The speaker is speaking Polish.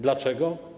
Dlaczego?